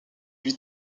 lui